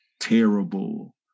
terrible